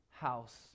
House